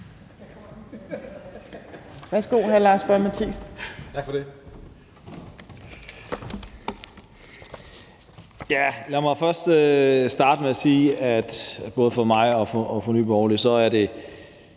Lad mig først starte med at sige, at det både for mig og for Nye Borgerlige er